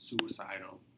suicidal